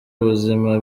ubuzima